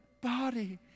body